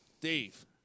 Dave